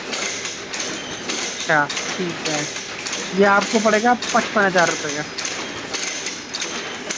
بتیس انچی اچھا ٹھیک ہے یہ آپ کو پڑے گا آپ پچپن ہزار روپے کا